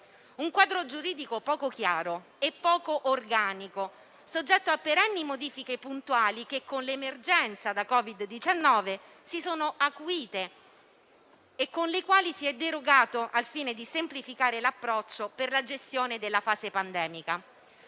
Un quadro giuridico poco chiaro e poco organico, soggetto a perenni modifiche puntuali che con l'emergenza da Covid-19 si sono acuite e con le quali si è derogato al fine di semplificare l'approccio per la gestione della fase pandemica.